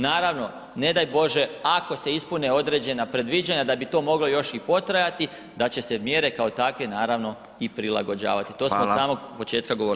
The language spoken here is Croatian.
Naravno ne daj Bože ako se ispune određena predviđanja da bi to moglo još i potrajati da će se mjere kako takve naravno i prilagođavati, to smo od samog početka govorili.